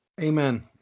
Amen